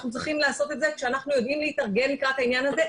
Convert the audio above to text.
אנחנו צריכים לעשות את זה כשאנחנו יודעים להתארגן לקראת העניין הזה.